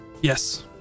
Yes